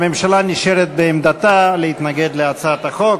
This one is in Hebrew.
האם הממשלה נשארת בעמדתה להתנגד להצעת החוק?